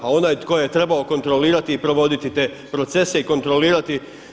A onaj tko je trebao kontrolirati i provoditi te procese i kontrolirati.